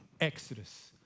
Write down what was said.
exodus